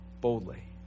boldly